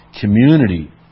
community